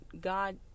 God